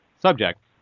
subject